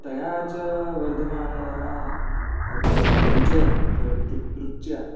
तया च वर्धमानया रुचया रुच्या